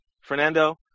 Fernando